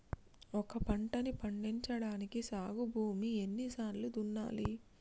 ఒక పంటని పండించడానికి సాగు భూమిని ఎన్ని సార్లు దున్నాలి?